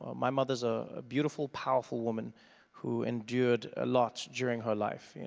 my mother's a beautiful, powerful woman who endured a lot during her life. you know